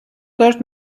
теж